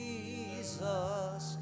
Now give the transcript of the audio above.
Jesus